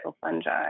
fungi